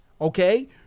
okay